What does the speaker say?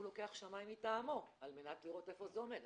לוקח שמאי מטעמו על מנת לראות איפה זה עומד.